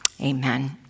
amen